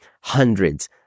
hundreds